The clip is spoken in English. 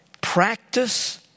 practice